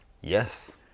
Yes